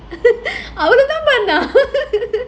!aiyo!